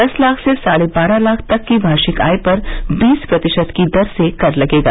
दस लाख से साढ़े बारह लाख तक की वार्षिक आय पर बीस प्रतिशत की दर से कर लगेगा